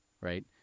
right